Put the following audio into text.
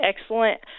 excellent